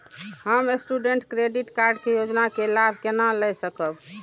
हम student credit card के योजना के लाभ केना लय सकब?